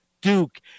Duke